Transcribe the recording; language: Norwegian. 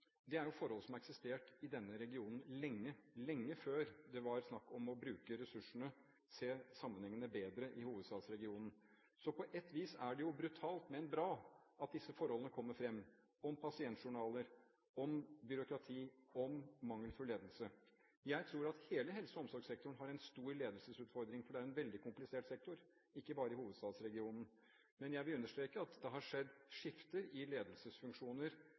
er blitt kjent med disse rapportene, er forhold som har eksistert i denne regionen lenge, lenge før det var snakk om å bruke ressursene og å se sammenhengene bedre i hovedstadsregionen. Så på et vis er det jo brutalt, men bra at disse forholdene kommer fram – om pasientjournaler, om byråkrati, om mangelfull ledelse. Jeg tror at hele helse- og omsorgssektoren har en stor ledelsesutfordring, for det er en veldig komplisert sektor, ikke bare i hovedstadsregionen. Men jeg vil understreke at det har skjedd skifter i ledelsesfunksjoner